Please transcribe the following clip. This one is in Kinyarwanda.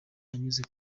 anyuze